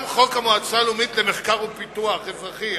גם חוק המועצה הלאומית למחקר ופיתוח אזרחי,